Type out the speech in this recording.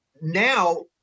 now